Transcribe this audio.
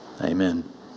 Amen